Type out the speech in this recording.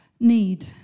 need